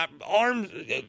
arms